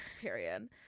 Period